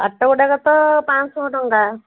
ପାଟ ଗୋଟାକ ତ ପାଞ୍ଚଶହ ଟଙ୍କା